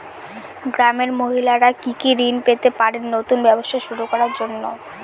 গ্রামের মহিলারা কি কি ঋণ পেতে পারেন নতুন ব্যবসা শুরু করার জন্য?